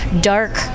dark